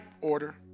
order